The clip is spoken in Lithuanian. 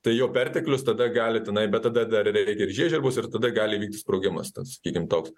tai jo perteklius tada gali tenai bet tada dar reikia ir žiežirbos ir tada gali įvykti sprogimas ten sakykim toks